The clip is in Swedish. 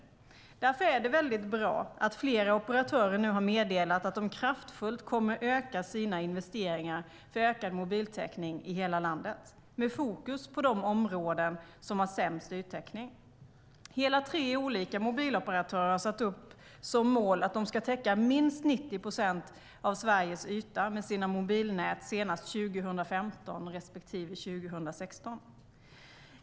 Därför är det väldigt bra att flera operatörer nu har meddelat att de kraftfullt kommer att öka sina investeringar för ökad mobiltäckning i hela landet med fokus på de områden som har sämst yttäckning. Hela tre olika mobiloperatörer har satt upp som mål att de ska täcka minst 90 procent av Sveriges yta med sina mobilnät senast 2015 respektive 2016.